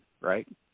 right